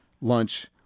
lunch